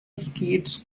skeet